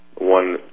one